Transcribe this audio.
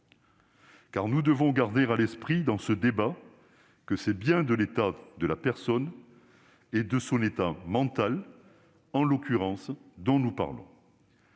Nous devons garder à l'esprit dans ce débat que c'est bien de l'état de la personne, et de son état mental, en l'occurrence, que nous parlons.